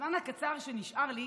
בזמן הקצר שנשאר לי,